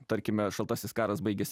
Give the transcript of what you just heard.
tarkime šaltasis karas baigėsi